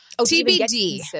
TBD